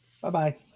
Bye-bye